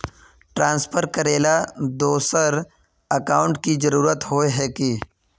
Transfer करेला दोसर account की जरुरत होय है की?